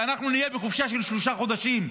אבל אנחנו נהיה בחופשה של שלושה חודשים,